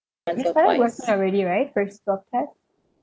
you started working already right first of feb~